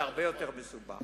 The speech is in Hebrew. וזה הרבה יותר מסובך.